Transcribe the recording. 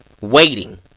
Waiting